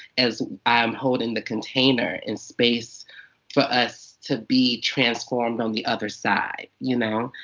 as i'm holding the container and space for us to be transformed on the other side? you know?